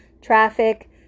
traffic